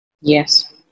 Yes